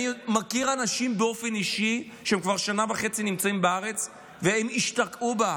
אני מכיר אנשים באופן אישי שכבר שנה וחצי נמצאים בארץ והם השתקעו בארץ.